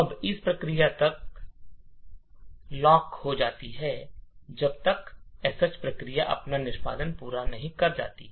अब एक प्रक्रिया तब तक लॉक हो जाती है जब तक एसएच प्रक्रिया अपना निष्पादन पूरा नहीं कर जाती